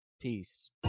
peace